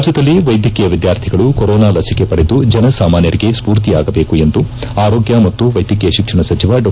ರಾಜ್ಯದಲ್ಲಿ ವೈದ್ಯಕೀಯ ವಿದ್ಯಾರ್ಥಿಗಳು ಕೋರೋನಾ ಲಸಿಕೆ ಪಡೆದು ಜನಸಾಮಾನ್ನರಿಗೆ ಸೂರ್ತಿಯಾಗಬೇಕೆಂದು ಆರೋಗ್ಯ ಮತ್ತು ವೈದ್ಯಕೀಯ ಶಿಕ್ಷಣ ಸಚಿವ ಡಾ